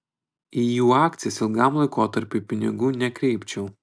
į jų akcijas ilgam laikotarpiui pinigų nekreipčiau